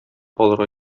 алырга